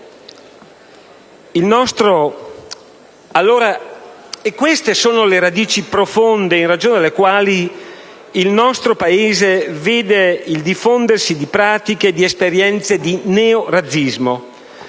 Queste sono le radici profonde in ragione delle quali il nostro Paese vede il diffondersi di pratiche e di esperienze di neorazzismo,